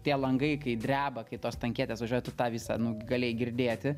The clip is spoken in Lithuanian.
tie langai kai dreba kai tos tanketės važiuoja tu tą visą galėjai girdėti